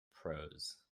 prose